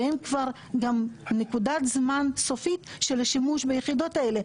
ואין גם כבר נקודת זמן סופית של השימוש ביחידות האלה.